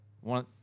one